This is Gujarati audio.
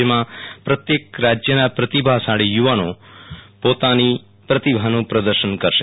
જેમાં પ્રત્યેક રાજયના પ્રતિભાશાળી યુવાનો પોતાનો પ્રતિભાનું પ્રદશન કરશે